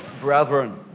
brethren